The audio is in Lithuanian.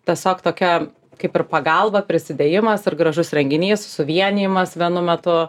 tiesiog tokia kaip ir pagalba prisidėjimas ar gražus renginys suvienijimas vienu metu